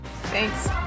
Thanks